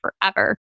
forever